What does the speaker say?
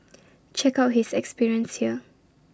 check out his experience here